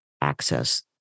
access